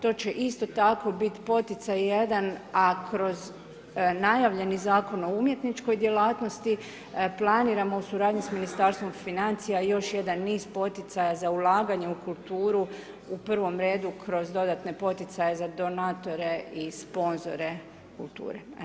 To će isto tako biti poticaj jedan, a kroz najavljeni Zakon o umjetničkoj djelatnosti, planiramo u suradnji s Ministarstvom financija još jedan niz poticaja za ulaganje u kulturu, u provom redu kroz dodatne poticaje za donatore i sponzore kulture, evo, hvala vam.